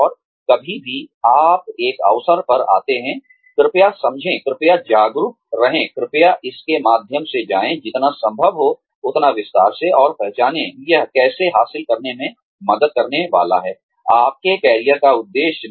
और कभी भी आप एक अवसर पर आते हैं कृपया समझें कृपया जागरूक रहें कृपया इसके माध्यम से जाएं जितना संभव हो उतना विस्तार से और पहचानें यह कैसे हासिल करने में मदद करने वाला है आपके कैरियर का उद्देश्य